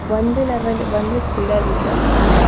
ಒಂದು ಲೆವೆಲ್ ಒಂದೇ ಸ್ಪೀಡಲ್ಲಿದ್ದೆ ಆದರೆ